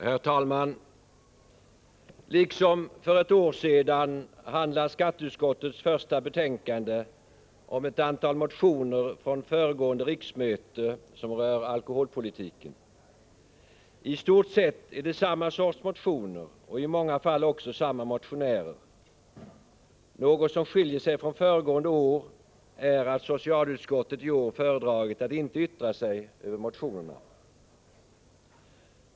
Herr talman! Liksom för ett år sedan handlar skatteutskottets första betänkande om ett antal motioner från föregående riksmöte vilka rör alkoholpolitiken. I stort sett är det samma sorts motioner och i många fall också samma motionärer. Något som skiljer sig från föregående år är att socialutskottet i år föredragit att inte yttra sig över motionerna.